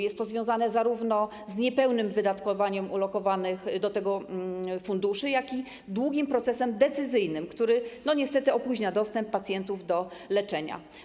Jest to związane zarówno z niepełnym wydatkowaniem ulokowanych do tego funduszy, jak i z długim procesem decyzyjnym, który niestety opóźnia dostęp pacjentów do leczenia.